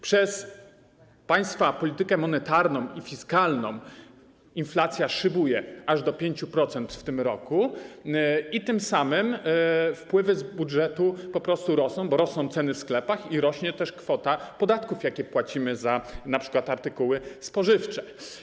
Przez państwa politykę monetarną i fiskalną inflacja szybuje aż do 5% w tym roku i tym samym wpływy z budżetu po prostu rosną, bo rosną ceny w sklepach i rośnie kwota podatków, jakie płacimy, np. za artykuły spożywcze.